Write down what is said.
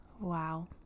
wow